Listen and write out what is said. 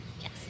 Yes